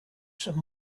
some